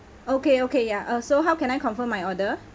okay okay ya uh so how can I confirm my order